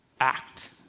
Act